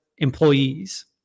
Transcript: employees